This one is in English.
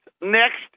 next